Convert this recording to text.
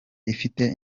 ifite